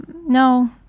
No